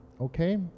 okay